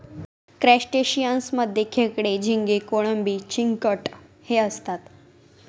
crustaceans मध्ये खेकडे, झिंगे, कोळंबी, चिंगट हे असतात